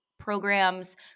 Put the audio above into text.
programs